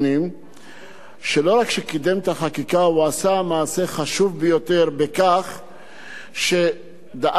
הוא עשה מעשה חשוב ביותר בכך שדאג שהחוק יכוסה תקציבית.